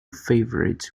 favourites